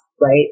right